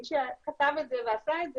מי שכתב את זה ועשה את זה,